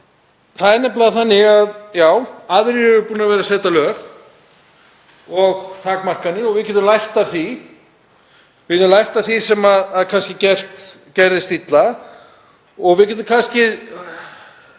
það er nefnilega þannig að aðrir eru búnir að vera að setja lög og takmarkanir og við getum lært af því. Við getum lært af því sem var gert illa og við getum kallað